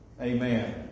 Amen